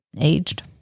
aged